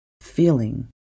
feeling